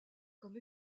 comme